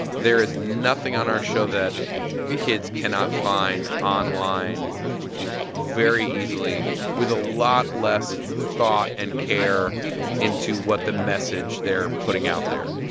there is nothing on our show that kids cannot find online very easily with a lot less thought and care into what the message they're putting out there.